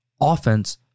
offense